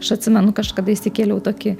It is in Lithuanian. aš atsimenu kažkada įsikėliau į tokį